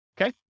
Okay